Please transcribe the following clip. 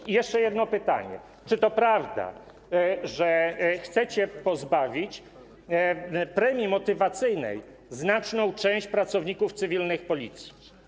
I jeszcze jedno pytanie: Czy to prawda, że chcecie pozbawić premii motywacyjnej znaczną część pracowników cywilnych Policji?